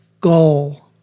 goal